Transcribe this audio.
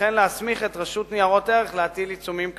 וכן להסמיך את רשות ניירות ערך להטיל עיצומים כספיים.